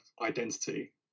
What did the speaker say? identity